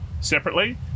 separately